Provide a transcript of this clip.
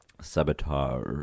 Sabotage